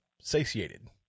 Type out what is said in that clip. satiated